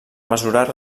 mesurar